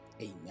amen